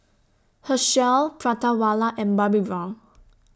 Herschel Prata Wala and Bobbi Brown